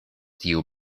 tiu